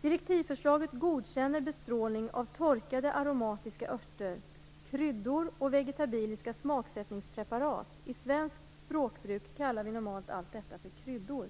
Direktivförslaget godkänner bestrålning av torkade aromatiska örter, kryddor och vegetabiliska smaksättningspreparat. I svenskt språkbruk kallar vi normalt allt detta för kryddor.